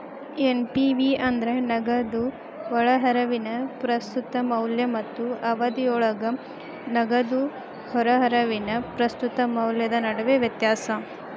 NPV ಅಂದ್ರ ನಗದು ಒಳಹರಿವಿನ ಪ್ರಸ್ತುತ ಮೌಲ್ಯ ಮತ್ತ ಅವಧಿಯೊಳಗ ನಗದು ಹೊರಹರಿವಿನ ಪ್ರಸ್ತುತ ಮೌಲ್ಯದ ನಡುವಿನ ವ್ಯತ್ಯಾಸ